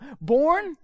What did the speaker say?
Born